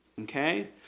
okay